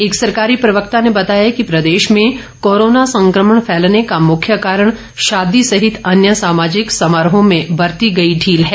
एक सरकारी प्रवक्ता ने बताया कि प्रदेश में कोरोना संक्रमण फैलने का मुख्य कारण शादी सहित अन्य सामाजिक समारोहों में बरती गई ढील है